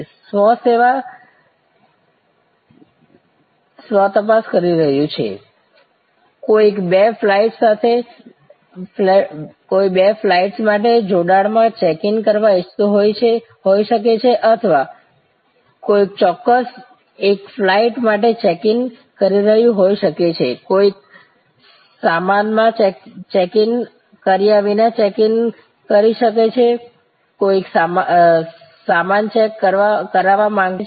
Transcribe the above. સ્વ તપાસ કરી રહ્યું છે કોઈક બે ફ્લાઈટ્સ માટે જોડાણમાં ચેક ઈન કરવા ઈચ્છતું હોઈ શકે છે અથવા કોઈક ફક્ત એક જ ફ્લાઈટ માટે ચેક ઈન કરી રહ્યું હોઈ શકે છે કોઈક સામાનમાં ચેક ઈન કર્યા વિના ચેક ઈન કરી શકે છે કોઈક સામાન ચેક કરવા માગતું હોઈ શકે છે